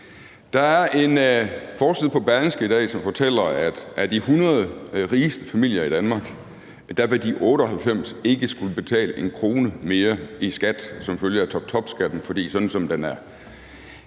Der er en forside på Berlingske i dag, som fortæller, at af de 100 rigeste familier i Danmark vil de 98 ikke skulle betale en krone mere i skat som følge af toptopskatten, for sådan som den er